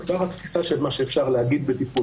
התפיסה של מה שאפשר להגיד בטיפול,